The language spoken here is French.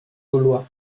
gaulois